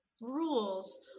rules